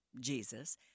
Jesus